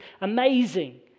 amazing